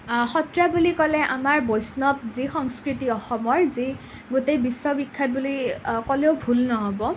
সত্ৰীয়া বুলি ক'লে আমাৰ বৈষ্ণৱ যি সংস্কৃতি অসমৰ যি গোটেই বিশ্ববিখ্যাত বুলি ক'লেও ভুল নহ'ব